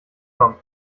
kommt